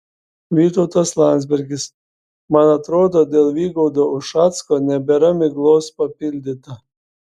vytautas landsbergis man atrodo dėl vygaudo ušacko nebėra miglos papildyta